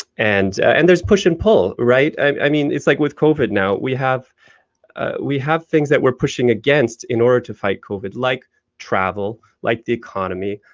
and and there is push and pull, right? i mean it's like with covid now, we have we have things that we're pushing against in order to fight covid, like travel, like the economy,